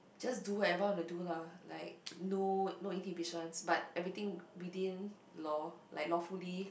just do whatever I wanna do lah like no no inhibitions but everything within law like lawfully